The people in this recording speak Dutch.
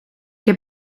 heb